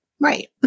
right